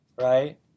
right